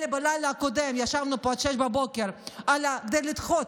אלא בלילה הקודם ישבנו פה עד 06:00 כדי לדחות